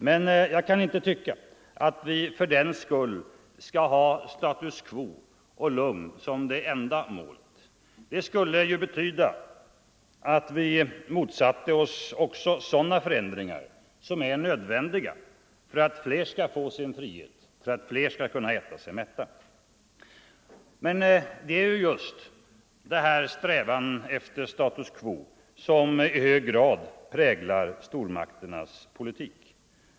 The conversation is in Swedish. Men jag kan inte anse att vi fördenskull skall ha status quo och lugn som enda mål. Det skulle betyda att vi motsatte oss också sådana förändringar som är nödvändiga för att fler skall få sin frihet, för att fler skall kunna äta sig mätta. Ändå är det just strävandet efter staus quo som i hög grad präglar stormakternas politik.